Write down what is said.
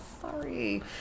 sorry